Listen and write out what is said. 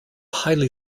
highly